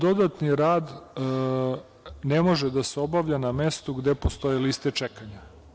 Dodatni rad ne može da se obavlja na mestu gde postoje liste čekanja.